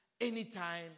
anytime